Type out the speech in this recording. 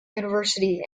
university